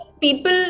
people